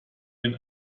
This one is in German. den